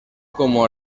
como